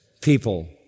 people